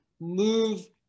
move